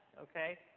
okay